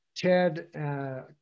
Ted